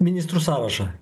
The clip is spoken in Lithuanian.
ministrų sąrašą